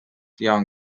jaan